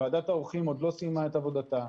ועדת העורכים עוד לא סיימה את עבודתה,